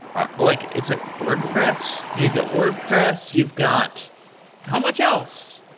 ah like it's like wordpress. you've got wordpress, you've got how much else?